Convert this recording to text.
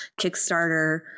Kickstarter